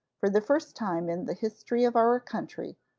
for the first time in the history of our country,